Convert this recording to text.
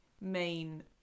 main